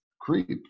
Creep